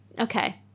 okay